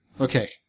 Okay